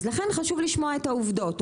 אז לכן חשוב לשמוע את העובדות,